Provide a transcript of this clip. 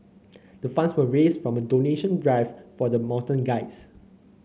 the funds were raised from a donation drive for the mountain guides